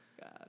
God